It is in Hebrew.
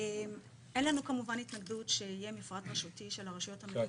אין לנו כמובן התנגדות שיהיה מפרט רשותי של הרשויות המקומיות.